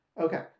Okay